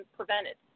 prevented